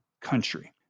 country